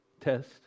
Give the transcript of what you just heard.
test